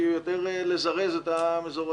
שהיא יותר לזרז את המזורזים,